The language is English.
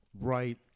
right